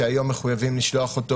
שהיום מחויבים לשלוח,